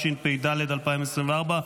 התשפ"ד 2024,